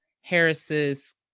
Harris's